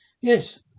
Yes